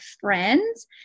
friends